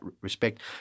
respect